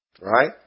Right